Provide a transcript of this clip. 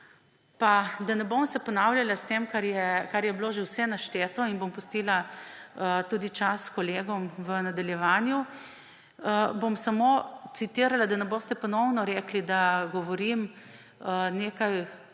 Da ne bom ponavljala, kar je bilo že vse našteto, in bom pustila čas kolegom v nadaljevanju, bom samo citirala − da ne boste ponovno rekli, da govorim nekaj,